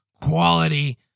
quality